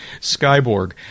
Skyborg